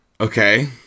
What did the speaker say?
okay